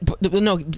No